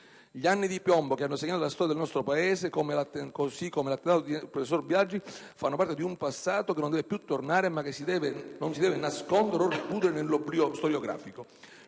Gli anni di piombo che hanno segnato la storia del nostro Paese, così come l'attentato al professor Biagi, fanno parte di un passato che non deve più tornare, ma che non si deve nascondere o recludere nell'oblio storiografico.